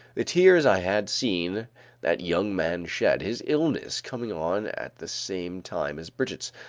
the tears i had seen that young man shed, his illness coming on at the same time as brigitte's,